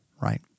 right